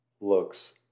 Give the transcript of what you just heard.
looks